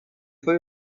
فای